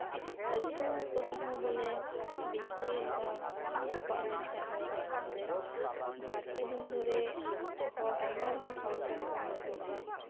ᱟᱹᱛᱩ ᱠᱚᱨᱮ ᱦᱚᱸ ᱵᱚᱞᱮ ᱵᱤᱡᱽᱞᱤ ᱚᱱᱠᱟ ᱛᱚᱯᱟᱜ ᱞᱮᱱᱠᱷᱟᱱ ᱦᱚᱭ ᱫᱟᱜ ᱮᱢᱟᱱᱨᱮ ᱵᱟᱨᱯᱮ ᱫᱤᱱ ᱫᱷᱚᱨᱮ ᱦᱚᱲ ᱟᱭᱢᱟ ᱨᱚᱠᱚᱢ ᱥᱚᱢᱚᱥᱥᱟ ᱨᱮᱠᱚ ᱧᱩᱨᱦᱩᱜᱼᱟ